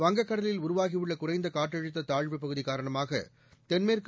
வங்கக்கடலில் உருவாகியுள்ள குறைந்த காற்றழுத்த தாழ்வுப்பகுதி காரணமாக தென்மேற்கு